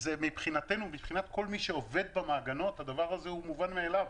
מבחינת כל מי שעובד במעגנות, הדבר הזה מובן מאליו.